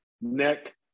neck